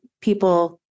people